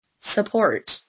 support